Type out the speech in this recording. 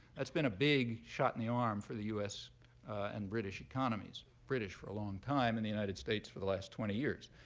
that's been a big shot in the arm for the us and british economies, british for a long time and the united states for the last twenty years.